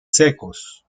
secos